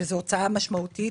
שזאת הוצאה משמעותית,